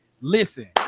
Listen